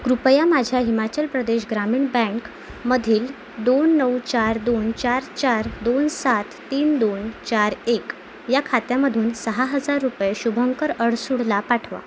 कृपया माझ्या हिमाचल प्रदेश ग्रामीण बँकमधील दोन नऊ चार दोन चार चार दोन सात तीन दोन चार एक या खात्यामधून सहा हजार रुपये शुभंकर अडसूळला पाठवा